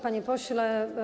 Panie Pośle!